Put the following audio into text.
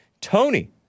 Tony